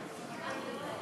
שלוש דקות, אדוני.